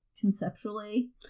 conceptually